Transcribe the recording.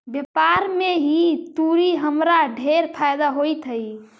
व्यापार में ई तुरी हमरा ढेर फयदा होइत हई